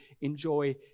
enjoy